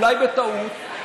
אולי בטעות,